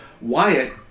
Wyatt